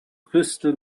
crystal